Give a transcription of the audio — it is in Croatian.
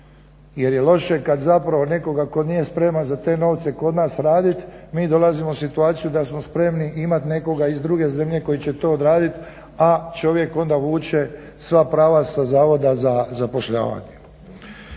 Jer je loše kad zapravo nekoga tko nije spreman za te novce kod nas radit, mi dolazimo u situaciju da smo spremni imat nekoga iz druge zemlje koji će to odradit, a čovjek onda vuče sva prava sa zavoda za zapošljavanje.